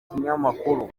kinyamakuru